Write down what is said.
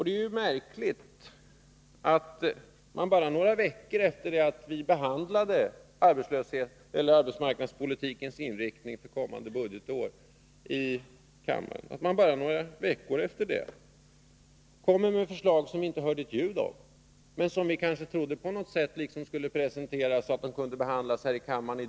Det är märkligt att man bara några veckor efter kammarens behandling av frågan om arbetsmarknadspolitikens inriktning för kommande budgetår presenterar ett förslag som vi inte hört ett ljud om. Men på något sätt trodde vi kanske ändå att ett förslag skulle presenteras som kunde behandlas i dag här i kammaren.